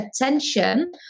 attention